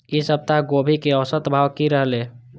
ई सप्ताह गोभी के औसत भाव की रहले?